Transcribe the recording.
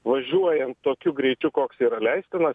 važiuojant tokiu greičiu koks yra leistinas